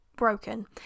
broken